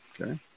Okay